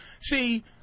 see